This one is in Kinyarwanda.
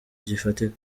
gifatika